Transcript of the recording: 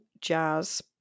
jazz